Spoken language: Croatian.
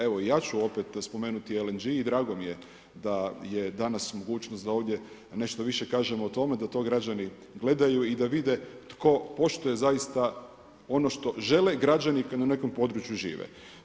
Evo ja ću opet spomenuti LNG i drago mi je da je danas mogućnost da ovdje nešto više kažemo o tome da to građani gledaju i da vide tko poštuje zaista ono što žele građani koji na nekom području žive.